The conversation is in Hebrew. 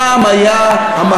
הפעם היה, היום